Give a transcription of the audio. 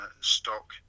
stock